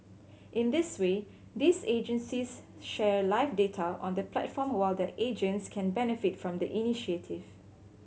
in this way these agencies share live data on the platform while their agents can benefit from the initiative